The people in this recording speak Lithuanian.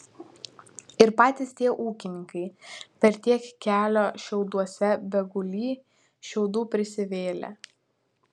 ir patys tie ūkininkai per tiek kelio šiauduose begulį šiaudų prisivėlę